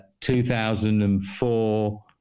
2004